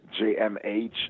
JMH